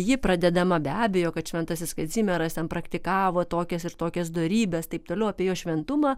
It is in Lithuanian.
ji pradedama be abejo kad šventasis kazimieras ten praktikavo tokias ir tokias dorybes taip toliau apie jo šventumą